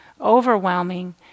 overwhelming